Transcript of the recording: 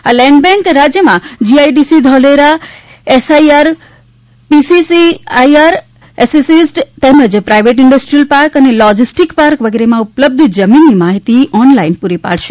આ land bank રાજયમાં GIDC Dholera SIR PCPIR SEZ તેમજ પ્રાઈવેટ ઈન્ડ્સ્ટ્રીયલ પાર્ક અને લોજીસ્ટીક પાર્ક વગેરેમાં ઉપલબ્ધ જમીનની માહિતી ઓનલાઈન પુરી પાડશે